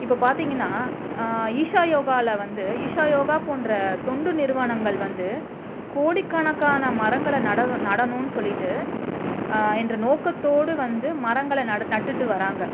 இப்போ பார்த்தீங்கன்னா ஈஷா யோகாவில் வந்து ஈஷா யோகா போன்ற தொண்டு நிறுவனங்கள் வந்து கோடி கணக்கான மரங்களை நட நடணும்னு சொல்லிட்டு என்ற நோக்கத்தோடு வந்து மரங்களை நட நட்டுட்டு வராங்க